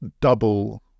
double